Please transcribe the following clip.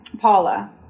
Paula